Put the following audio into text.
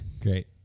Great